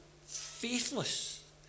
faithless